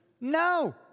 No